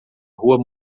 rua